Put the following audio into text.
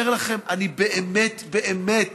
אני אומר לכם, אני באמת באמת